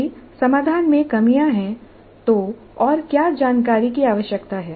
यदि समाधान में कमियां हैं तो और क्या जानकारी की आवश्यकता है